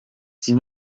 sie